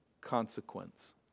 consequence